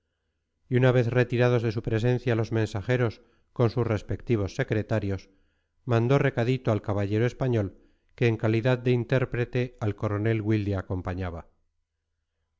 y una vez retirados de su presencia los mensajeros con sus respectivos secretarios mandó recadito al caballero español que en calidad de intérprete al coronel wilde acompañaba